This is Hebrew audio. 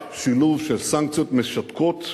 רק שילוב של סנקציות משתקות